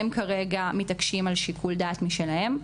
הם כרגע מתעקשים על שיקול דעת משלהם.